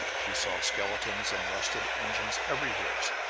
she saw skeletons and rusted engines everywhere,